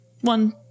one